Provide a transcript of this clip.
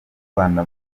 rwanda